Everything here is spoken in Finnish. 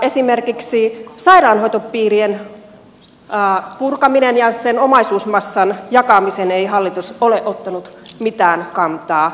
esimerkiksi sairaanhoitopiirien purkamiseen ja sen omaisuusmassan jakamiseen ei hallitus ole ottanut mitään kantaa